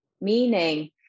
meaning